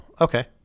okay